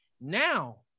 Now